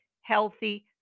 healthy